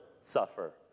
suffer